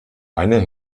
einer